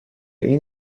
این